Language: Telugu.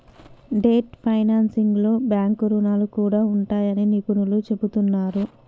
డెట్ ఫైనాన్సింగ్లో బ్యాంకు రుణాలు కూడా ఉంటాయని నిపుణులు చెబుతున్నరు